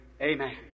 Amen